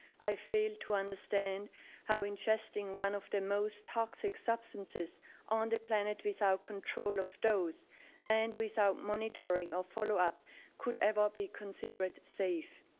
i fail to understand how ingesting one of the most toxic substances on the planet without control of dose and without monitoring or followup could ever be considered safe.